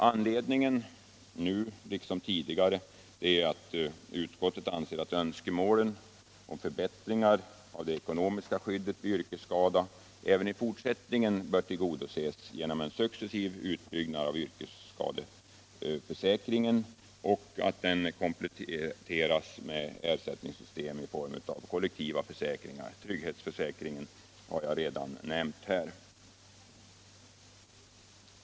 Anledningen är, nu liksom tidigare, att utskottet anser att önskemålen om förbättringar av det ekonomiska skyddet vid yrkesskada även i fortsättningen bör tillgodoses genom en successiv utbyggnad av yrkesskadeförsäkringen och att den kompletteras med ersättningssystem i form av kollektiva försäkringar; trygghetsförsäkringen har jag redan nämnt.